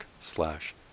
slash